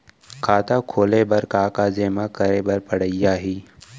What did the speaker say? खाता खोले बर का का जेमा करे बर पढ़इया ही?